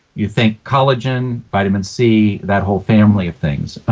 you'd think collagen, vitamin c, that whole family of things.